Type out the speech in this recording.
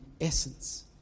essence